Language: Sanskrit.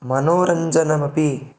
मनोरञ्जनमपि